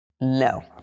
No